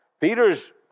Peter's